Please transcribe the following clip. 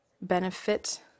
benefit